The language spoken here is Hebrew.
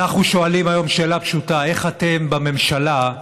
אנחנו שואלים היום שאלה פשוטה: איך אתם, בממשלה,